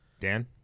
Dan